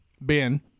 Ben